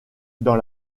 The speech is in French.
dans